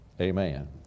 amen